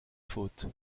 faute